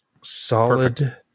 Solid